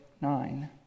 nine